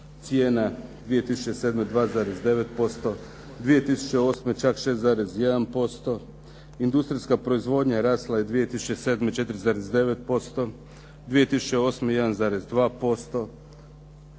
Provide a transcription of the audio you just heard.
cijena 2007. 2,9%., 2008. čak 6,1%, industrijska proizvodnja rasla je 2007 4,9%, 2008. 1,2%.